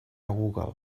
google